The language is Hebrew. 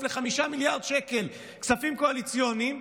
ל-5 מיליארד שקל כספים קואליציוניים,